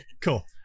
Cool